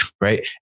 right